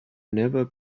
never